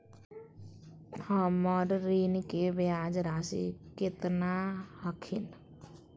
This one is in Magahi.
हमर ऋण के ब्याज रासी केतना हखिन?